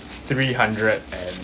three hundred and